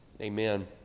Amen